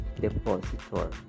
depositor